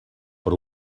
per